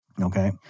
Okay